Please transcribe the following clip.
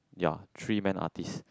ya three men artist